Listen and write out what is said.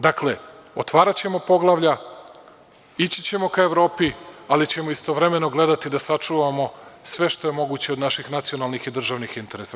Dakle, otvaraćemo poglavlja, ići ćemo ka Evropi, ali ćemo istovremeno gledati da sačuvamo sve što je moguće od naših nacionalnih i državnih interesa.